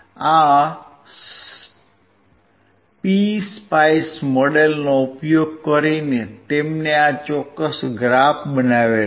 આ PSpice મોડેલનો ઉપયોગ કરીને તેમને આ ચોક્કસ ગ્રાફ બનાવ્યો છે